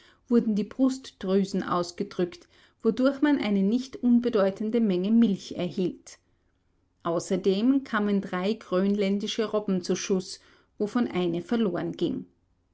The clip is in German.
wurden die brustdrüsen ausgedrückt wodurch man eine nicht unbedeutende menge milch erhielt außerdem kamen drei grönländische robben zu schuß wovon eine verloren ging